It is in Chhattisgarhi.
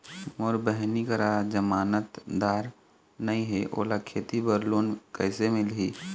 मोर बहिनी करा जमानतदार नई हे, ओला खेती बर लोन कइसे मिलही?